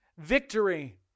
Victory